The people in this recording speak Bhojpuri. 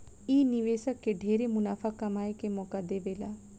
इ निवेशक के ढेरे मुनाफा कमाए के मौका दे देवेला